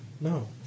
No